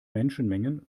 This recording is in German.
menschenmengen